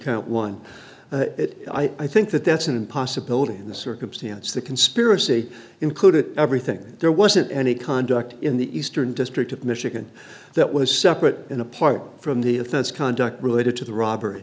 count one it i think that that's an impossibility in this circumstance the conspiracy included everything there wasn't any conduct in the eastern district of michigan that was separate and apart from the offense conduct related to the robbery